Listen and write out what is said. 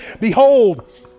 Behold